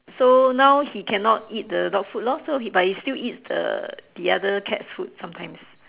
so now he cannot eat the dogfood lor so he but he still eat the the other cat food sometimes